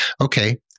okay